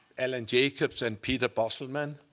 allan jacobs, and peter bossellmann.